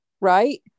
right